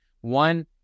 One